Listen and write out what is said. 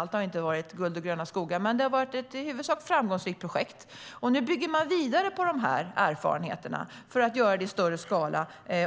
Allt har inte varit guld och gröna skogar, men i huvudsak har det varit ett framgångsrikt projekt. Nu bygger man vidare på erfarenheterna och ska i större